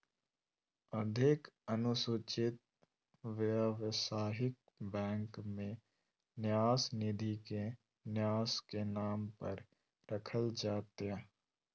अधिक अनुसूचित व्यवसायिक बैंक में न्यास निधि के न्यास के नाम पर रखल जयतय